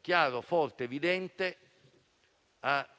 chiaro, forte ed evidente al fine di